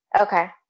Okay